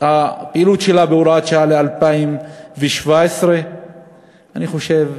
הפעילות שלה בהוראת שעה עד 2017. אני חושב,